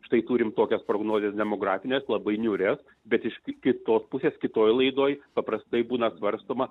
štai turime tokią prognozės demografinę labai niūrias bet iš kitos pusės kitoje laidoje paprastai būna apsvarstoma